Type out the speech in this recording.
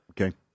Okay